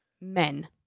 men